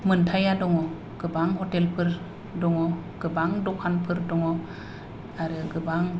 मोनथाया दङ गोबां हटेल फोर दङ गोबां दखानफोर दङ आरो गोबां